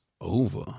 over